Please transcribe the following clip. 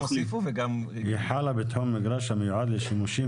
היא חלה בתחום מגרש המיועד לשימושים